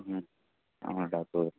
మ్మ్ doctor